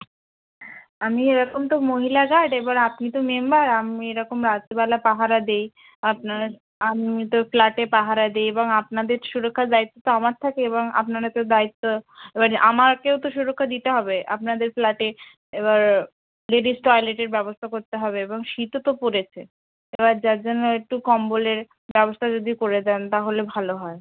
আমি এরকম তো মহিলা গার্ড এবার আপনি তো মেম্বার আমি এরকম রাত্রিবেলা পাহারা দেই আপনার আমি তো ফ্ল্যাটে পাহারা দিই এবং আপনাদের সুরক্ষার দায়িত্ব তো আমার থাকে এবং আপনারা তো দায়িত্ব এবারে আমাকেও তো সুরক্ষা দিতে হবে আপনাদের ফ্ল্যাটে এবার লেডিস টয়লেটের ব্যবস্থা করতে হবে এবং শীতও তো পড়েছে এবার যার জন্য একটু কম্বলের ব্যবস্থা যদি করে দেন তাহলে ভালো হয়